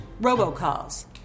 robocalls